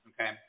okay